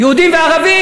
יהודים וערבים,